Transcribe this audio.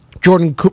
Jordan